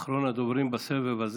אדוני היושב-ראש,